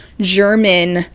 german